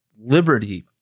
liberty